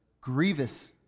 grievous